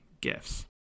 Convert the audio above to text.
gifts